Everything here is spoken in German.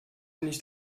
nicht